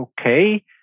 okay